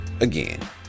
Again